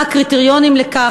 3. מה הם הקריטריונים לכך?